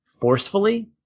forcefully